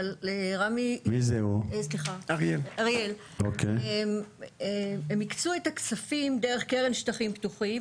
אבל רמ"י הקצו את הכספים דרך קרן שטחים פתוחים.